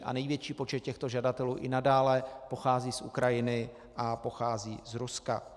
A největší počet těchto žadatelů i nadále pochází z Ukrajiny a pochází z Ruska.